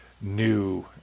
new